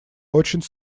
очень